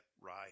right